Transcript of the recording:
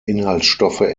inhaltsstoffe